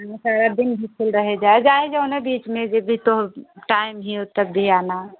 हाँ सारा दिन भी खुला रहेगा जाये जो है बीच में जब भी तो टाइम नहीं हो तब भी आना